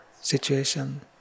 situation